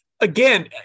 again